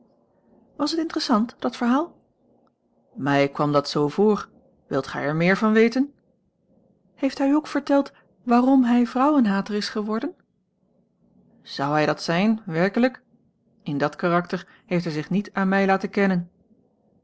was het interessant dat verhaal mij kwam dat zoo voor wilt gij er meer van weten heeft hij u ook verteld waarom hij vrouwenhater is geworden zou hij dat zijn werkelijk in dat karakter heeft hij zich niet aan mij laten kennen